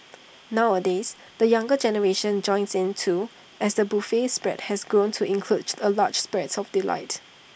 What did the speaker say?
nowadays the younger generation joins in too as the buffet spread has grown to include A large spread of delights